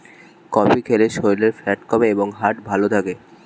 coffee খেলে শরীরের fat কমে এবং হার্ট ভালো থাকে